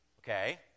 okay